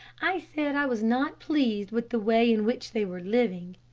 i said i was not pleased with the way in which they were living.